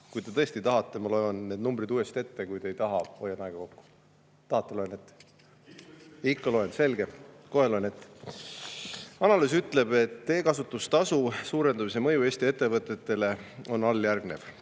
Kui te tõesti tahate, siis ma loen need numbrid uuesti ette, kui te ei taha, siis hoian aega kokku. Tahate, loen ette? Ikka loen. Selge, kohe loen ette. Analüüs ütleb, et teekasutustasu suurendamise mõju Eesti ettevõtetele on alljärgnev.